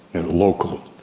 and local.